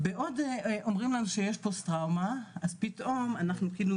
בעוד אומרים לנו שיש פוסט טראומה אז פתאום אנחנו כאילו